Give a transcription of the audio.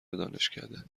دانشکده